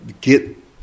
get